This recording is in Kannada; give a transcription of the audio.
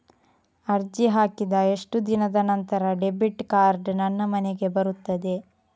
ಅರ್ಜಿ ಹಾಕಿದ ಎಷ್ಟು ದಿನದ ನಂತರ ಡೆಬಿಟ್ ಕಾರ್ಡ್ ನನ್ನ ಮನೆಗೆ ಬರುತ್ತದೆ?